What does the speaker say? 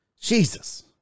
Jesus